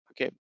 okay